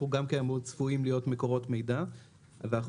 אנחנו צפויים להיות מקורות מידע ואנחנו